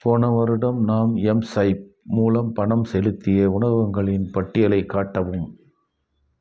போன வருடம் நான் எம்ஸ்வைப் மூலம் பணம் செலுத்திய உணவகங்களின் பட்டியலைக் காட்டவும்